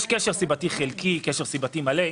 יש קשר סיבתי חלקי, יש קשר סיבתי מלא.